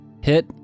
hit